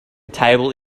table